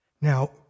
Now